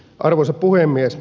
arvoisa puhemies